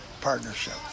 partnership